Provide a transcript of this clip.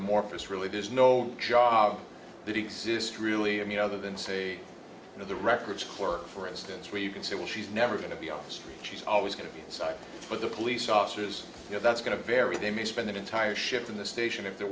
amorphous really there's no jobs that exist really i mean other than say you know the records clerk for instance where you can say well she's never going to be off the street she's always going to be inside but the police officers you know that's going to vary they may spend an entire shift in the station if they're